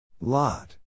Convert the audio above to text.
Lot